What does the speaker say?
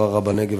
ערערה-בנגב,